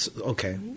Okay